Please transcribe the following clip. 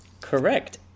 Correct